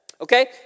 Okay